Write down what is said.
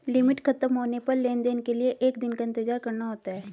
limit खत्म होने पर लेन देन के लिए एक दिन का इंतजार करना होता है